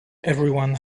everyone